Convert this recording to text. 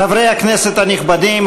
חברי הכנסת הנכבדים,